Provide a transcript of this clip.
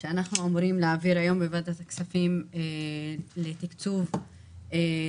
שאנחנו אמורים להעביר היום בוועדת הכספים לתקצוב הקורונה,